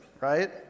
right